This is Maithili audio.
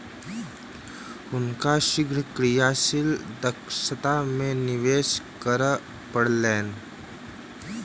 हुनका शीघ्र क्रियाशील दक्षता में निवेश करअ पड़लैन